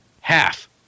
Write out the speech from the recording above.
half